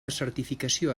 certificació